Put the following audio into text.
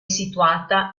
situata